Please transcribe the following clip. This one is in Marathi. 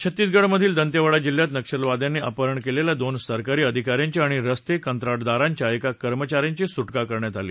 छत्तीसगडमधील दंतेवाडा जिल्ह्यात नक्षलवाद्यांनी अपहरण केलेल्या दोन सरकारी अधिका यांची आणि रस्ते कंत्राटदाराच्या एका कर्मचा यांची सुटका करण्यात आली